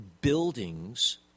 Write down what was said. buildings